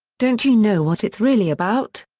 don't you know what it's really about?